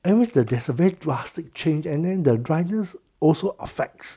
and with the there's a very drastic change and then the dryness also affects